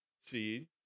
seed